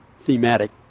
thematic